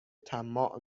طماع